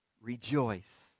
Rejoice